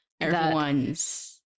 everyone's